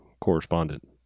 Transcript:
correspondent